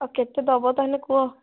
ଆଉ କେତେ ଦେବ ତା' ହେଲେ କୁହ